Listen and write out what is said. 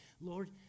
Lord